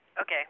Okay